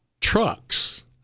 trucks